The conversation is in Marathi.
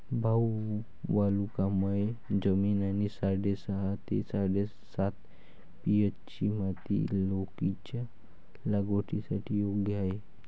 भाऊ वालुकामय जमीन आणि साडेसहा ते साडेसात पी.एच.ची माती लौकीच्या लागवडीसाठी योग्य आहे